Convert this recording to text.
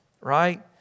right